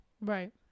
right